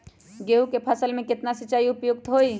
गेंहू के फसल में केतना सिंचाई उपयुक्त हाइ?